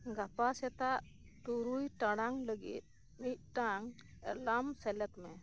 ᱜᱟᱯᱟ ᱥᱮᱛᱟᱜ ᱛᱩᱨᱩᱭ ᱴᱟᱲᱟᱝ ᱞᱟᱹᱜᱤᱫ ᱢᱤᱫᱴᱟᱝ ᱮᱞᱟᱨᱢ ᱥᱮᱞᱮᱫᱽ ᱢᱮ